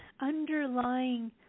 underlying